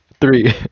Three